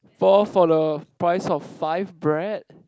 four for the price of five bread